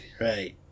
Right